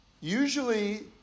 Usually